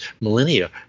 millennia